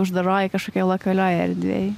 uždaroj kažkokioj lokalioj erdvėj